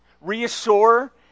reassure